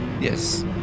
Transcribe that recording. Yes